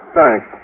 Thanks